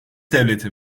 devleti